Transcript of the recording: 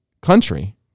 country